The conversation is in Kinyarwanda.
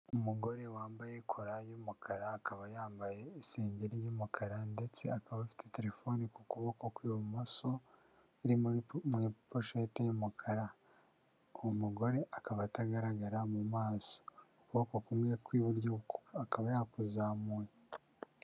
Umugore wambaye kora y' umukara, akaba yambaye isengeri y'umukara ndetse akaba afite telefone ku kuboko kw'ibumoso, iri muri poshete y'umukara, uwo mugore akaba atagaragara mu maso, ukuboko kumwe kw'iburyo akaba yakuzamuye.